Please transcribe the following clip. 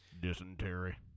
Dysentery